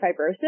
fibrosis